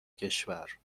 کشور